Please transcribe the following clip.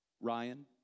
Ryan